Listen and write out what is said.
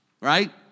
Right